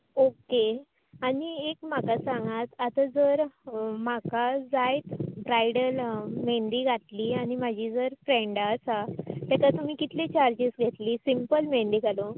okay आनी एक म्हाका सांगात आता जर म्हाका जाय ब्रायडल म्हेंदी घातली आनी माजी जर फ्रेंडा आसा तेका तुमी कितले चार्जीज घेतली सिंपल म्हेंदी घालूंक